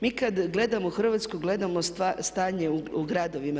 Mi kada gledamo Hrvatsku gledamo stanje u gradovima.